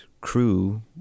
crew